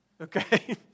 okay